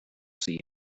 see